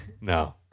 No